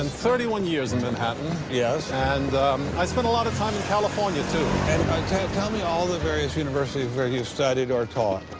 and thirty one years in manhattan. yes. and i spent a lot of time in california, too. and tell tell me all the various universities where you've studied or taught.